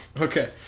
Okay